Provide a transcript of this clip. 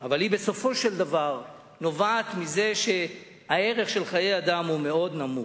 אבל היא בסופו של דבר נובעת מזה שהערך של חיי אדם הוא מאוד נמוך.